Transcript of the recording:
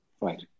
Right